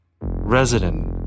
resident